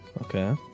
okay